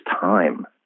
time